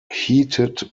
heated